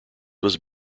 was